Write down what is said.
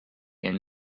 and